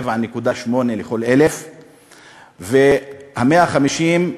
7.8 לכל 1,000. ה-150,